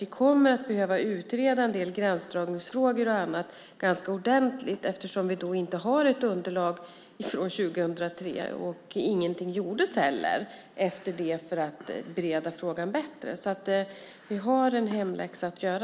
Vi kommer att behöva utreda en del gränsdragningsfrågor och annat ganska ordentligt eftersom vi inte har ett underlag från 2003, och ingenting gjordes heller efter det för att bereda frågan bättre. Vi har dessvärre en hemläxa att göra.